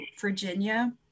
Virginia